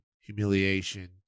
humiliation